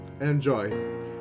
enjoy